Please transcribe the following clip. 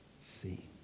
see